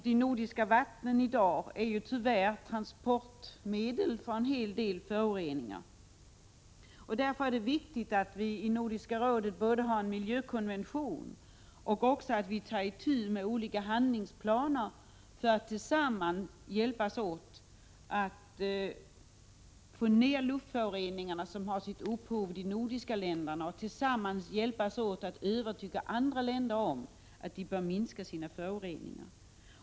De nordiska vattnen är tyvärr i dag transportmedel för en hel del föroreningar. Därför är det viktigt att vi i Nordiska rådet har en miljökonvention och också utarbetar olika handlingsplaner för att hjälpas åt i syfte att minska föroreningar som har sitt ursprung i de nordiska länderna. Vi bör även hjälpas åt att övertyga andra länder om att de bör minska sina föroreningar.